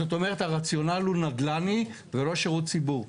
זאת אומרת, הרציונל הוא נדל"ני ולא שירות ציבור.